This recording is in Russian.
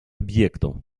объектов